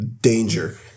danger